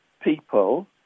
people